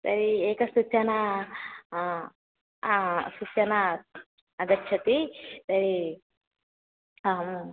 तर्हि एकसूचना हा हा सूचना आगच्छति आम्